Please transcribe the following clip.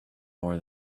more